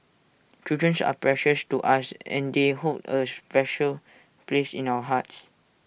children's are precious to us and they hold A special place in our hearts